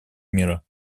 мира